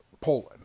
Poland